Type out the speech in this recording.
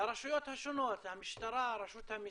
לרשויות השונות, המשטרה, רשות המסים,